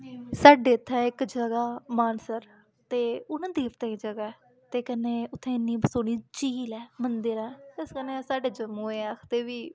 साड्डे इत्थै इक जगह् मानसर ते ओह् ना देवतें दी जगह् ऐ ते कन्नै उत्थै इन्नी सोह्नी झील ऐ मंदर ऐ इस कन्नै साढ़े जम्मू गी आखदे बी